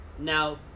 Now